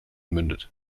mündet